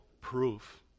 proof